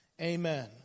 Amen